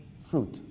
fruit